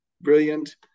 Brilliant